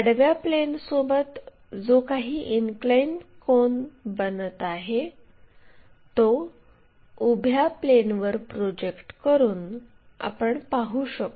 आडव्या प्लेनसोबत जो काही इनक्लाइन कोन बनत आहे तो उभ्या प्लेनवर प्रोजेक्ट करून आपण पाहू शकतो